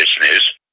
business